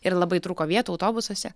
ir labai trūko vietų autobusuose